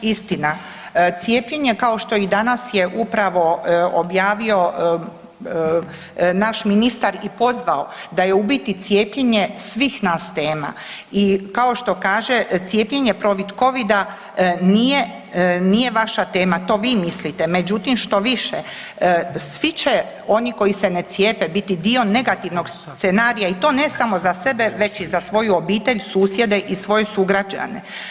Istina, cijepljenje kao što je danas upravo objavio naš ministar i pozvao da je u biti cijepljenje svih nas tema i kao što kaže cijepljenje protiv covida nije vaša tema, to vi mislite, međutim štoviše svi će oni koji se ne cijepe biti dio negativnog scenarija i to ne samo za sebe već i za svoju obitelj, susjede i svoje sugrađane.